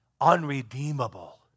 unredeemable